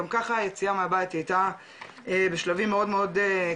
גם ככה היציאה מהבית היא הייתה בשלבים מאוד קשים,